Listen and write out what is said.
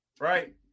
right